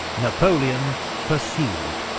napoleon pursued.